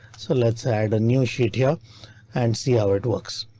so let's add a new sheet here and see how it works.